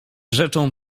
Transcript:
rzeczą